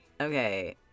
Okay